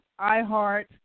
iHeart